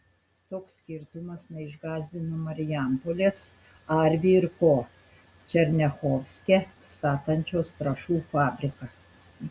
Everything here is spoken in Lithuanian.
toks skirtumas neišgąsdino marijampolės arvi ir ko černiachovske statančios trąšų fabriką